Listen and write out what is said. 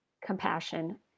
compassion